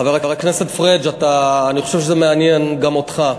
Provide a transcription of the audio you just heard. חבר הכנסת פריג', אני חושב שזה מעניין גם אותך.